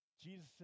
Jesus